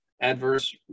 adverse